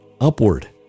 upward